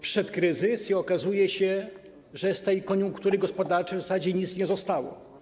Przyszedł kryzys i okazuje się, że z tej koniunktury gospodarczej w zasadzie nic nie zostało.